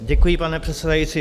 Děkuji, pane předsedající.